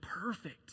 perfect